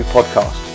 Podcast